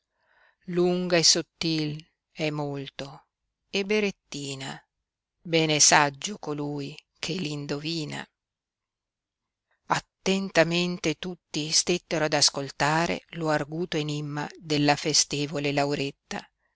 lunga e sottil è molto e berettina ben è saggio colui che l indivina attentamente tutti stettero ad ascoltare lo arguto enimma della festevole lauretta